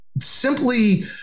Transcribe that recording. simply